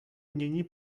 mění